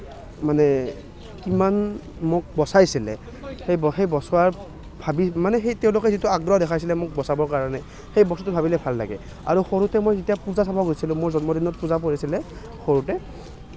মানে কিমান মোক বচাইছিলে সেই ব সেই বচোৱাৰ ভাবি মানে সেই তেওঁলোকে যিটো আগ্ৰহ দেখুৱাইছিলে মোক বচাবৰ কাৰণে সেই বস্তুটো ভাবিলে ভাল লাগে আৰু সৰুতে মই যেতিয়া পূজা চাব গৈছিলোঁ মোৰ জন্মদিনত পূজা পৰিছিলে সৰুতে